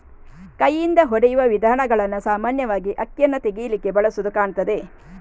ಕೈಯಿಂದ ಹೊಡೆಯುವ ವಿಧಾನಗಳನ್ನ ಸಾಮಾನ್ಯವಾಗಿ ಅಕ್ಕಿಯನ್ನ ತೆಗೀಲಿಕ್ಕೆ ಬಳಸುದು ಕಾಣ್ತದೆ